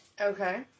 Okay